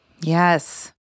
Yes